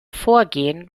vorgehen